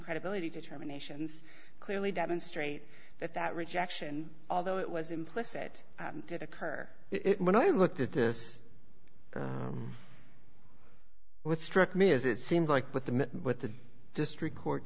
credibility determinations clearly demonstrate that that rejection although it was implicit did occur it when i looked at this what struck me is it seemed like what the what the district court